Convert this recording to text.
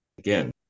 Again